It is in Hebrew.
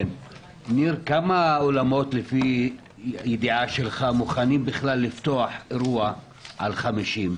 כמה אולמות לפי הידיעה שלך מוכנים בכלל לפתוח אירוע עם 50 אנשים?